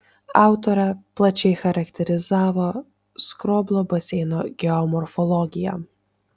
autorė plačiai charakterizavo skroblo baseino geomorfologiją